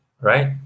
right